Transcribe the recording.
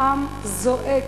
העם זועק,